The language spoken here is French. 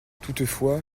toutefois